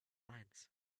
lines